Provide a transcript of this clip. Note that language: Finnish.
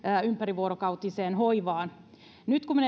ympärivuorokautiseen hoivaan nyt kun me